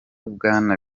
bwana